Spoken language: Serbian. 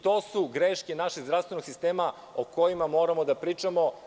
To su greške našeg zdravstvenog sistema o kojima moramo da pričamo.